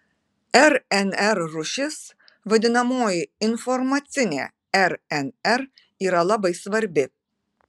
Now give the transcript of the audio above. rnr rūšis vadinamoji informacinė rnr yra labai svarbi